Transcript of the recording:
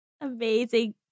Amazing